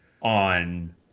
on